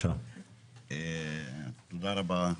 תודה רבה,